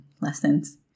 lessons